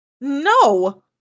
No